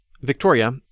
Victoria